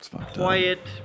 Quiet